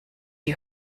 you